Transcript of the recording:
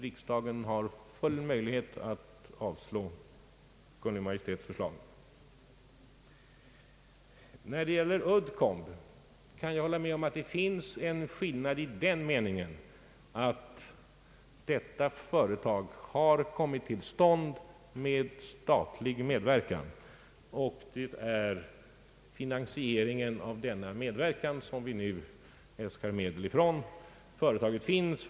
Riksdagen har full möjlighet att avslå Kungl. Maj:ts förslag. När det gäller Uddcomb kan jag hålla med om att det finns en skillnad i den meningen, att detta företag kommit till stånd under statlig medverkan, och det är för finansieringen av denna medverkan som vi nu äskar medel. Företaget finns.